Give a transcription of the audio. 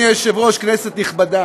יאיר, לאן נעלמת בחוק הקודם?